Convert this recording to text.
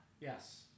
Yes